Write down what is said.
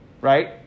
right